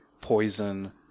poison